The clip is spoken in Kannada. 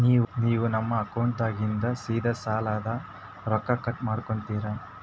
ನೀವು ನಮ್ಮ ಅಕೌಂಟದಾಗಿಂದ ಸೀದಾ ಸಾಲದ ರೊಕ್ಕ ಕಟ್ ಮಾಡ್ಕೋತೀರಿ?